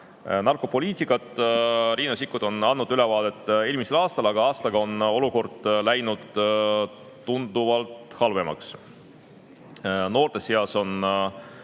narkopoliitikat. Riina Sikkut on andnud sellest ülevaate eelmisel aastal, aga aastaga on olukord läinud tunduvalt halvemaks. Noorte seas on